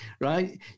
Right